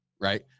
right